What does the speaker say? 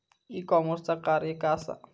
E कॉमर्सचा कार्य काय असा?